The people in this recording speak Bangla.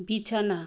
বিছানা